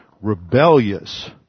rebellious